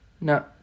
No